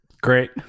great